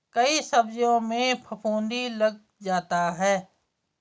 कई सब्जियों में फफूंदी लग जाता है